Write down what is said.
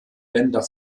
bänder